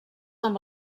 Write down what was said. amb